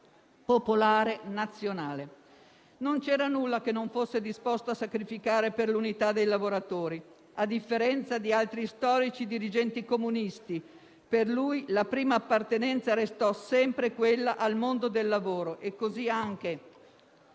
popolare e nazionale. Non c'era nulla che non fosse disposto a sacrificare per l'unità dei lavoratori, a differenza di altri storici dirigenti comunisti. Per lui, la prima appartenenza restò sempre quella al mondo del lavoro, e così anche